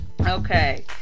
Okay